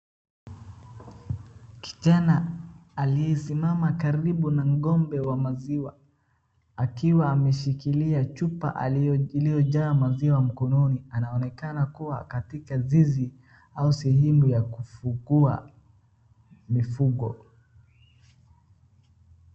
Kijana aliyesimama karibu na ng'ombe wa maziwa akiwa ameshikilia chupa iliyojaa maziwa mkononi anaonekana kuwa katika zizi au sehemu ya kufugua mifugo.